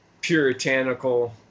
puritanical